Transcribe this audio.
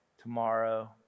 tomorrow